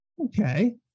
okay